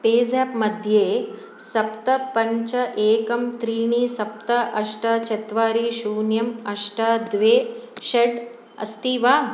पेसाप् मध्ये सप्त पञ्च एकं त्रीणि सप्त अष्ट चत्वारि शून्यम् अष्ट द्वे षट् अस्ति वा